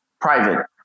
private